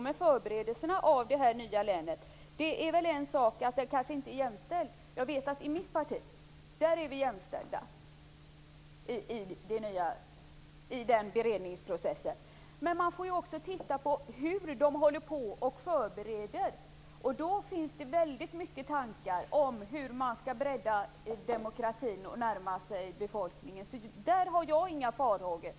När det handlar om dem som arbetar med förberedelserna för det nya länet vet jag att i mitt parti är vi jämställda i den beredningsprocessen. Man får också titta på hur de förbereder. Då finns många tankar om hur man skall bredda demokratin och närma sig befolkningen. Där har jag inga farhågor.